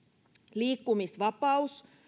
liikkumisvapaus